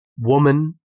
woman